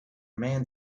man